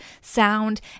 sound